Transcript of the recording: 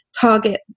target